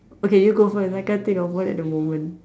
okay you go first I can't think of one at the moment